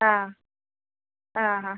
ആ ആ ആ